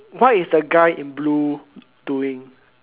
what is the guy in blue doing